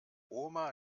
oma